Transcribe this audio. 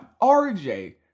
rj